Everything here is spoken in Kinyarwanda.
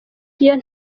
iyo